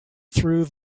through